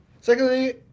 Secondly